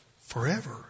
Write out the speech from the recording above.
forever